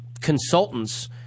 consultants